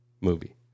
movie